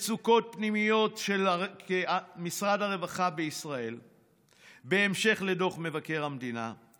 מצוקות פנימיות של משרד הרווחה בהמשך לדוח מבקר המדינה,